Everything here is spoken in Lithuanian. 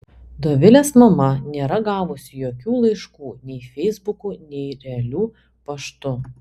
dovilės mama nėra gavusi jokių laiškų nei feisbuku nei realiu paštu